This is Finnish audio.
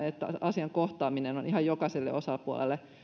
asian kohtaaminen on ihan jokaiselle osapuolelle